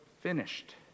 finished